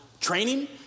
training